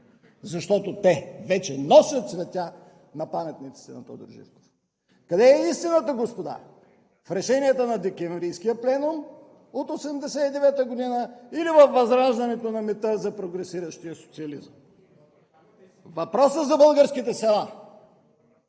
защото те вече носят цветя на паметниците на Тодор Живков? Къде е истината, господа – в решенията на Декемврийския пленум от 1989 г., или във възраждането на мита за прогресиращия социализъм? Въпросът за българските села